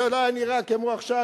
זה לא היה נראה כמו שזה נראה עכשיו,